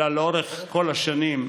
אלא לאורך כל השנים.